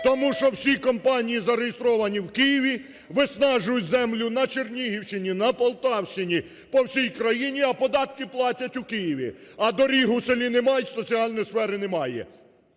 Тому що всі компанії зареєстровані в Києві, виснажують землю на Чернігівщині, на Полтавщині, по всій країні, а податки платять у Києві. А доріг у селі немає і соціальної сфери немає.